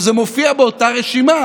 וזה מופיע באותה רשימה